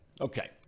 Okay